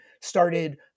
started